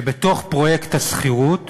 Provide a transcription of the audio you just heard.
שבתוך פרויקט השכירות